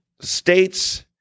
States